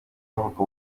havuka